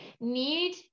need